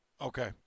Okay